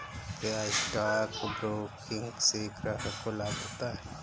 क्या stock broking से ग्राहक को लाभ होता है?